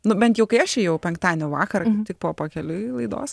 nu bent jau kai aš ėjau penktadienio vakarą tik po pakeliui laidos